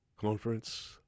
Conference